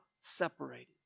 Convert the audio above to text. separated